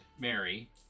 Mary